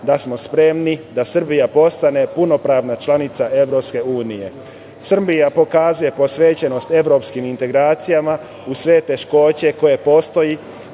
da smo spremni da Srbija postane punopravna članica EU.Srbija pokazuje posvećenost evropskim integracijama uz sve teškoće koje postoje